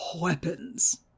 weapons